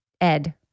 Ed